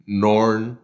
norn